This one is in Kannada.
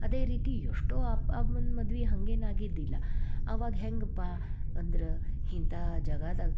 ಅದೇ ರೀತಿ ಎಷ್ಟೋ ಅಪ್ಪ ಅಮ್ಮನ ಮದ್ವೆ ಹಂಗೇನೂ ಆಗಿದ್ದಿಲ್ಲ ಆವಾಗ ಹೆಂಗಪ್ಪ ಅಂದ್ರೆ ಇಂಥ ಜಾಗದಾಗ್